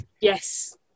yes